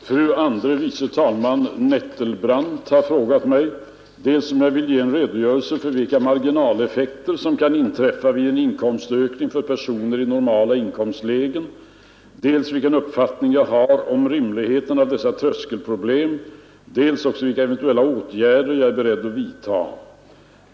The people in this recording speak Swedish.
Herr talman! Fru andre vice talmannen Nettelbrandt har frågat mig dels om jag vill ge en redogörelse för vilka marginaleffekter som kan inträffa vid en inkomstökning för personer i normala inkomstlägen, dels vilken uppfattning jag har om rimligheten av dessa tröskelproblem, dels också vilka eventuella åtgärder jag är beredd att vidta.